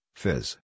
fizz